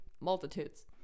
multitudes